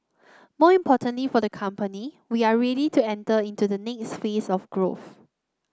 more importantly for the company we are ready to enter into the next phase of growth